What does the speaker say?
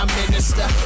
minister